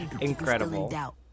Incredible